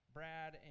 Brad